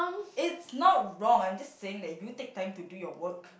it's not wrong I'm just saying that you take time to do your work